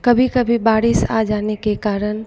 कभी कभी बारिश आ जाने के कारण